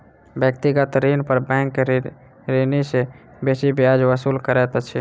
व्यक्तिगत ऋण पर बैंक ऋणी सॅ बेसी ब्याज वसूल करैत अछि